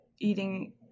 eating